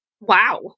wow